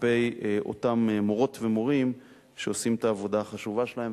כלפי אותם מורות ומורים שעושים את העבודה החשובה שלהם,